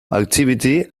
activity